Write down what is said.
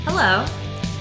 Hello